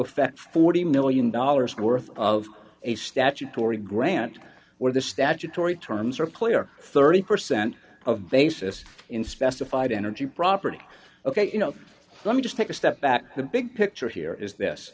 affect forty million dollars worth of a statutory grant where the statutory terms are clear thirty percent of basis in specified energy property ok you know let me just take a step back the big picture here is this